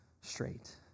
straight